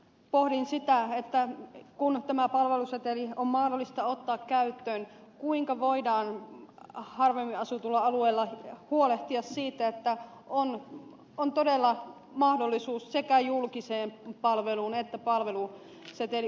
pohdin sitä kun tämä palveluseteli on mahdollista ottaa käyttöön kuinka voidaan harvemmin asutuilla alueilla huolehtia siitä että on todella mahdollisuus sekä julkiseen palveluun että palveluseteliyrittäjyyteen